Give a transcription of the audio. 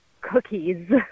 cookies